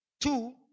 Two